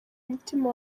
umutima